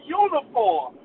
uniform